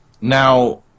Now